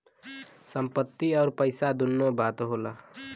संपत्ति अउर पइसा दुन्नो बात होला